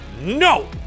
no